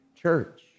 church